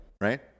right